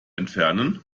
entfernen